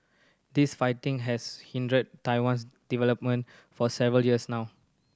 this fighting has hindered Taiwan's development for several years now